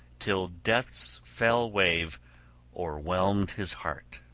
till death's fell wave o'erwhelmed his heart.